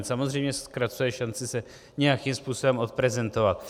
Samozřejmě zkracuje šanci se nějakým způsobem odprezentovat.